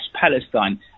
Palestine